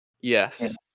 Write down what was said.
Yes